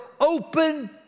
open